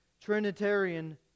Trinitarian